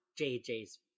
JJ's